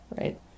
Right